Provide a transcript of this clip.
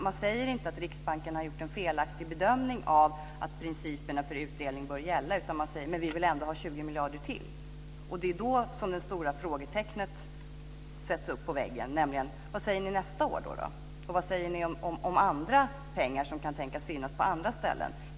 Man säger ju inte att Riksbanken har gjort en felaktig bedömning av att principerna för utdelning bör gälla, utan man säger: Vi vill ändå ha 20 miljarder till! Det är då som det stora frågetecknet sätts upp på väggen: Vad säger ni nästa år? Och vad säger ni om andra pengar som kan tänkas finnas på andra ställen?